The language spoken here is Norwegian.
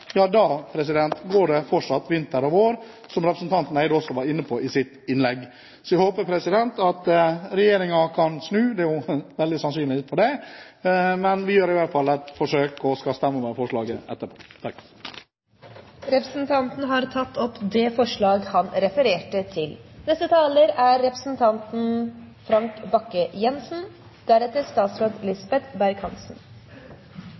går det fortsatt vinter og vår, som representanten Andersen Eide også var inne på i sitt innlegg. Så jeg håper at regjeringen kan snu. Det er vel liten sannsynlighet for det, men vi gjør i hvert fall et forsøk og skal stemme over forslaget etterpå. Representanten Harald T. Nesvik har tatt opp det forslaget han refererte til. Gode muligheter for å planlegge driften og langsiktige rammevilkår er